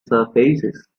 surfaces